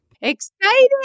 exciting